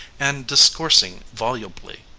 and discoursing volubly.